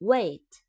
Wait